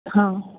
हां